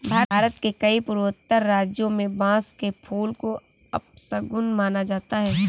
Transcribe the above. भारत के कई पूर्वोत्तर राज्यों में बांस के फूल को अपशगुन माना जाता है